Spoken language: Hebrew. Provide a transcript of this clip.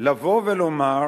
לבוא ולומר: